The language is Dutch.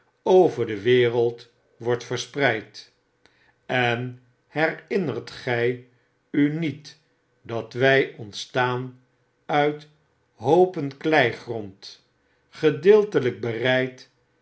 over de wereld wordt verspreid en herinnert gy u niet dat wy ontstaan uit hoopen kleigrond gedeeltelyk bereid